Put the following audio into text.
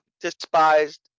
despised